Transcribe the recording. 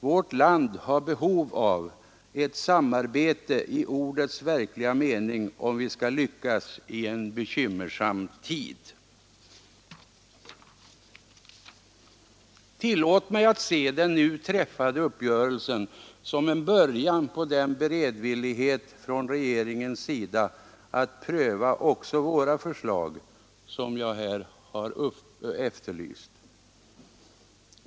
Vårt land har behov av ett samarbete i ordets verkliga mening om vi skall lyckas i en bekymmersam tid.” Tillåt mig att se den nu träffade uppgörelsen som en början på den beredvillighet från regeringens sida att pröva också våra förslag som jag efterlyst.